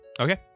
Okay